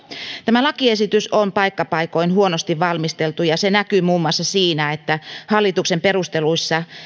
tämä lakiesitys on paikka paikoin huonosti valmisteltu ja se näkyy muun muassa siinä että hallituksen perusteluissa